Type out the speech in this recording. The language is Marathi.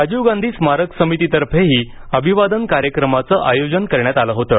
राजीव गांधी स्मारक समितीतर्फेंही अभिवादन कार्यक्रमाचं आयोजन करण्यात आलं होतं